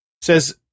Says